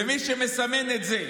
שמי שמסמן את זה